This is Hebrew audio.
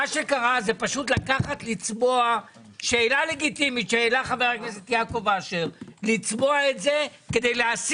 היום זה הזדמנות לתקן אותה וזה לא הרבה כסף, בטח